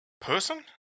person